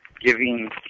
giving